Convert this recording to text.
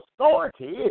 authority